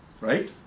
right